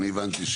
אני הבנתי,